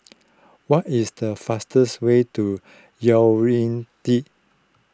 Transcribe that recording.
what is the faster way to Yaounde